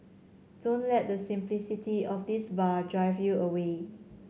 don't let the simplicity of this bar drive you away